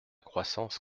croissance